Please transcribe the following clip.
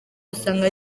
usanga